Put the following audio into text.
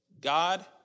God